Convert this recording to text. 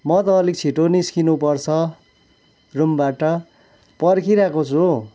म त अलिक छिट्टो निस्किनु पर्छ रुमबाट पर्खिरहेको छु हौ